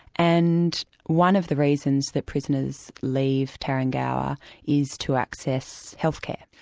and one of the reasons that prisoners leave tarrengower is to access health care.